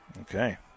Okay